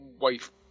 wife-